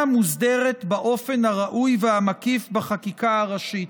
מוסדרת באופן הראוי והמקיף בחקיקה הראשית.